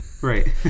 right